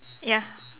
ya